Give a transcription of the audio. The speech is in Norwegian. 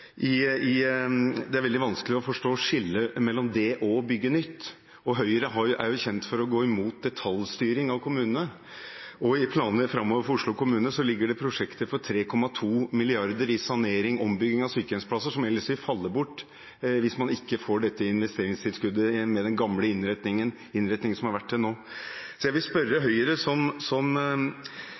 brukes videre. Det er veldig vanskelig å forstå skillet mellom det og å bygge nytt. Høyre er jo kjent for å gå imot detaljstyring av kommunene, og i planene framover for Oslo kommune ligger det prosjekter for 3,2 mrd. kr til sanering/ombygging av sykehjemsplasser, som ellers vil falle bort dersom man ikke får dette investeringstilskuddet med den gamle innretningen som har vært der til nå. Jeg vil spørre Høyre, som som